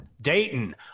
Dayton